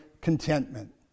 contentment